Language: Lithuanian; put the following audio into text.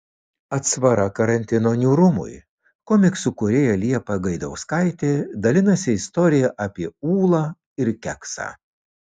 atsvara karantino niūrumui komiksų kūrėja liepa gaidauskaitė dalinasi istorija apie ūlą ir keksą